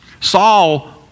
Saul